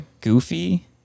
goofy